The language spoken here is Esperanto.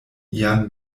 ian